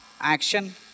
action